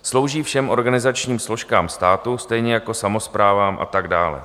Slouží všem organizačním složkám státu, stejně jako samosprávám a tak dále.